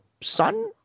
Son